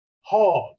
hard